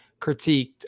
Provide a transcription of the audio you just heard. critiqued